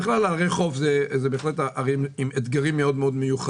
בכלל, ערי חוף הן אתגר מיוחד,